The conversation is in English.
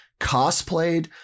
cosplayed